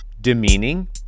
demeaning